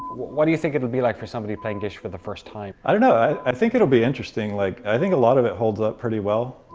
what do you think it'll be like for somebody playing gish for the first time? i don't know. i i think it'll be interesting, like i think a lot of it holds up pretty well.